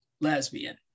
lesbian